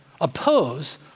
oppose